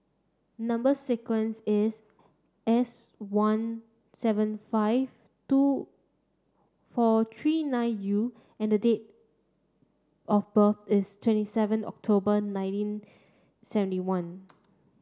number sequence is S one seven five two four three nine U and the date of birth is twenty seven October nineteen seventy one